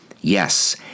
Yes